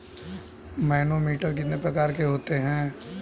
Manometer कितने प्रकार के होते हैं?